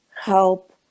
help